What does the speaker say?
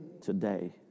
today